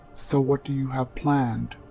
so, what do you have planned?